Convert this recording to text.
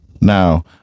Now